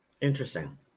Interesting